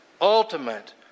ultimate